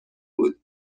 بود